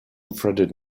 threaded